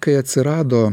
kai atsirado